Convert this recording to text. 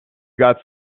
got